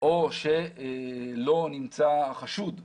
או שלא נמצא חשוד בעבירה.